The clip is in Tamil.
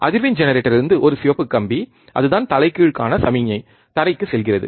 அதிர்வெண் ஜெனரேட்டரிலிருந்து ஒரு சிவப்பு கம்பி அதுதான் தலைகீழுக்கான சமிக்ஞை தரைக்கு செல்கிறது